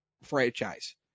franchise